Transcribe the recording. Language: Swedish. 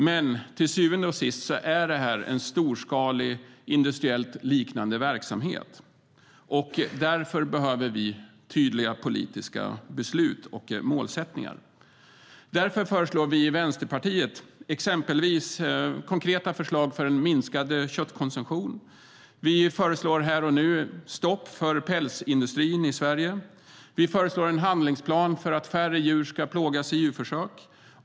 Men till syvende och sist är det här en storskalig industriliknande verksamhet. Därför behöver vi tydliga politiska beslut och målsättningar. Vänsterpartiet föreslår konkreta förslag för minskad köttkonsumtion.